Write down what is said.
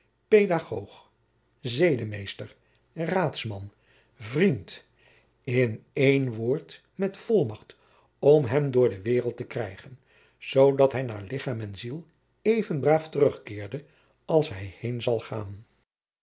paedagoog zedemeester raadsman vriend in één woord met volmacht om hem door de waereld te krijgen zoodat hij naar lichaam en ziel even braaf terugkeere als hij heen zal gaan